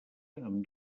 amb